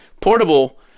portable